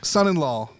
Son-in-Law